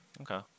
Okay